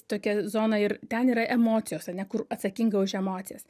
tokia zona ir ten yra emocijos ar ne kur atsakinga už emocijas